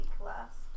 last